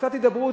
קצת הידברות,